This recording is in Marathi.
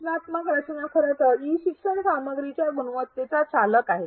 सूचनात्मक रचना खरं तर ई शिक्षण सामग्रीच्या गुणवत्तेचा चालक आहे